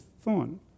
thorn